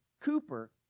Cooper